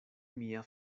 mia